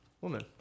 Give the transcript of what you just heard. woman